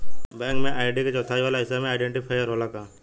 Bank में ID के चौथाई वाला हिस्सा में आइडेंटिफैएर होला का?